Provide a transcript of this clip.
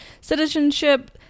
citizenship